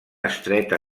estreta